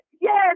Yes